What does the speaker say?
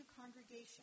congregation